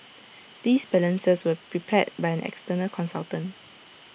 these balances were prepared by an external consultant